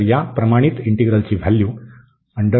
तर या प्रमाणित इंटीग्रलची व्हॅल्यू आहे